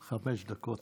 חמש דקות הסתיימו.